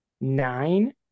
nine